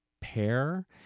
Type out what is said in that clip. pair